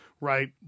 right